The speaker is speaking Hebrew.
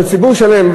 אבל ציבור שלם,